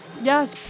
Yes